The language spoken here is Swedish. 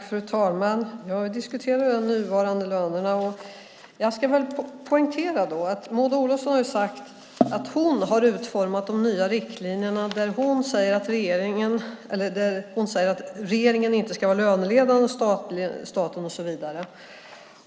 Fru talman! Vi diskuterar de nuvarande lönerna. Jag ska poängtera att Maud Olofsson har sagt att hon har utformat de nya riktlinjer där hon säger att regeringen och staten inte ska vara löneledande och så vidare.